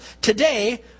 today